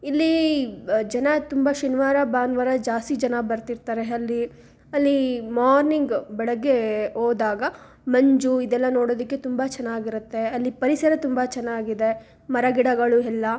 ಇಲ್ಲಿ ಜನ ತುಂಬ ಶನಿವಾರ ಭಾನುವಾರ ಜಾಸ್ತಿ ಜನ ಬರುತ್ತಿರ್ತಾರೆ ಅಲ್ಲಿ ಅಲ್ಲಿ ಮಾರ್ನಿಂಗ್ ಬೆಳಗ್ಗೆ ಹೋದಾಗ ಮಂಜು ಇದೆಲ್ಲ ನೋಡೋದಕ್ಕೆ ತುಂಬ ಚೆನ್ನಾಗಿರುತ್ತೆ ಅಲ್ಲಿ ಪರಿಸರ ತುಂಬ ಚೆನ್ನಾಗಿದೆ ಮರ ಗಿಡಗಳು ಎಲ್ಲಾ